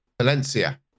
Valencia